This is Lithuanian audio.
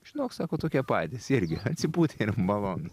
žinok sako tokie patys irgi atsipūtę ir malonūs